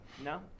No